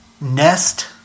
nest